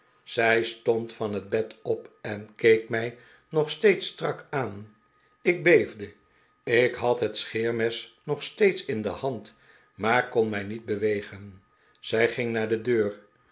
zij stond van het bed op en keek mij nog steeds strak aan ik beefde ik had het scheermes nog steeds in de hand maar kon mij niet bewegen zij ging naar de deur